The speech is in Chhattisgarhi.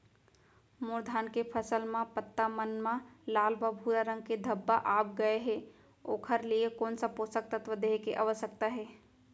मोर धान के फसल म पत्ता मन म लाल व भूरा रंग के धब्बा आप गए हे ओखर लिए कोन स पोसक तत्व देहे के आवश्यकता हे?